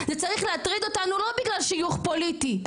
זה צריך להטריד אותנו לא בגלל שיוך פוליטי.